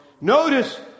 Notice